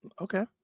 Okay